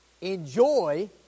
enjoy